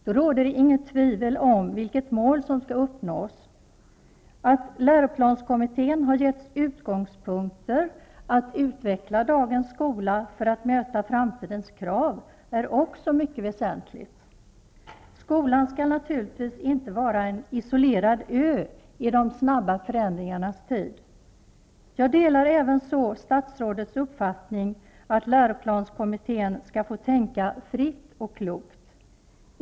Då råder det inget tvivel om vilket mål som skall uppnås. Att läroplanskommittén har getts utgångspunkter för att utveckla dagens skola och för att möta framtidens krav är också mycket väsentligt. Skolan skall naturligtvis inte vara en isolerad ö i de snabba förändringarnas tid. Jag delar även så statsrådets uppfattning att läroplanskommittén skall få tänka fritt och klokt.